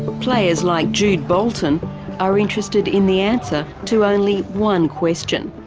players like jude bolton are interested in the answer to only one question